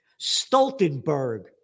Stoltenberg